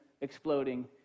exploding